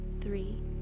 three